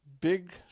big